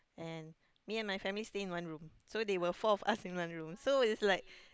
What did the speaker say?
and me and my family stay in one room so they were four of us in one room so it's like